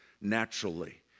naturally